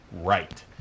right